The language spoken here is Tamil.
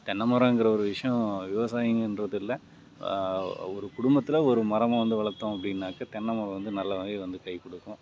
தென்னை மரம்ங்கிற ஒரு விஷயம் விவசாயிங்கன்றது இல்லை ஒரு குடும்பத்தில் ஒரு மரமாக வந்து வளர்த்தோம் அப்படின்னாக்கா தென்னை மரம் வந்து நல்லாவே வந்து கை கொடுக்கும்